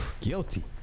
Guilty